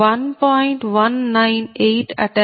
V11